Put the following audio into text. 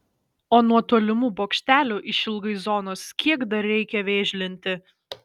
o nuo tolimų bokštelių išilgai zonos kiek dar reikia vėžlinti